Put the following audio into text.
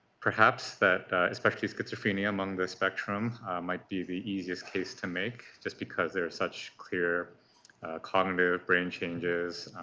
perhaps that especially schizophrenia among the spectrum might be the easiest case to make just because there are such clear cognitive brain changes.